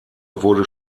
wurde